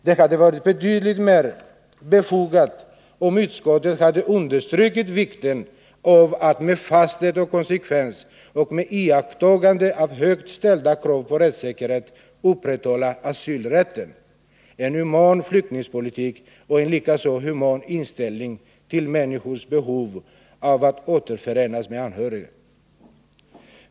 Det hade varit betydligt mer befogat om utskottet hade understrukit vikten av att med fasthet och konsekvens, och med iakttagande av högt ställda krav på rättssäkerhet, upprätthålla asylrätten, en human flyktingpolitik och en likaså human inställning till människors behov av att återförenas med anhöriga.